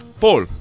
Paul